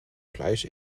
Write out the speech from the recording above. fleisch